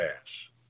ass